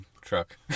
truck